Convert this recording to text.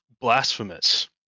blasphemous